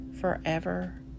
forever